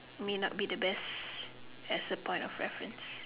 may not be the best as a point of reference